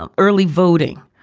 um early voting.